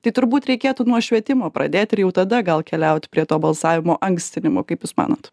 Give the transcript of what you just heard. tai turbūt reikėtų nuo švietimo pradėt ir jau tada gal keliauti prie to balsavimo ankstinimo kaip jūs manot